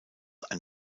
ein